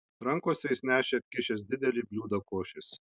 rankose jis nešė atkišęs didelį bliūdą košės